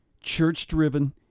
church-driven